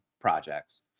projects